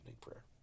prayer